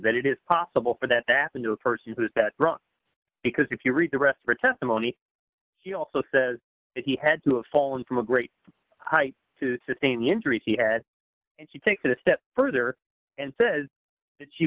that it is possible for that that into a person who has that wrong because if you read the rest of her testimony he also says that he had to have fallen from a great height to sustain injuries he had and she takes it a step further and says that she